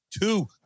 two